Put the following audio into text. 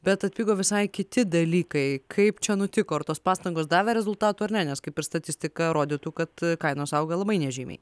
bet atpigo visai kiti dalykai kaip čia nutiko ar tos pastangos davė rezultatų ar ne nes kaip ir statistika rodytų kad kainos auga labai nežymiai